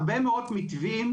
הרבה מאוד מתווים,